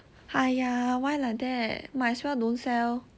!haiya! why like that might as well don't sell